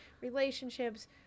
relationships